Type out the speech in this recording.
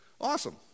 Awesome